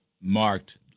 marked